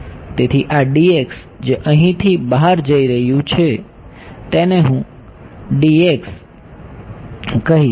તેથી આ જે અહીંથી બહાર જઈ રહ્યું છે તેને હું કહીશ